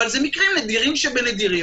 אבל זה מקרים נדירים שבנדירים,